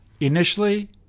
Initially